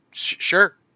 Sure